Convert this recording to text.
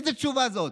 איזו תשובה זאת?